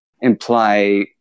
imply